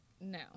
No